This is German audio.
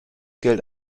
gilt